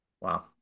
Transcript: Wow